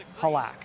halak